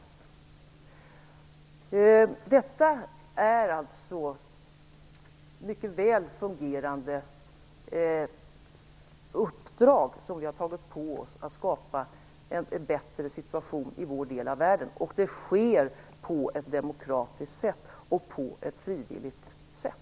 Att skapa en bättre situation i vår del av världen är alltså det mycket väl fungerande uppdrag vi har tagit på oss. Det sker på ett demokratiskt och frivilligt sätt.